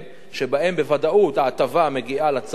שבהם בוודאות ההטבה מגיעה לצרכן,